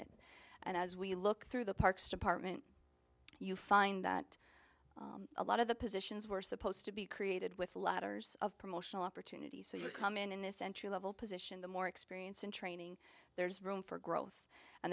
it and as we look through the parks department you find that a lot of the positions were supposed to be created with ladders of promotional opportunities so you come in in this entry level position the more experience in training there's room for growth and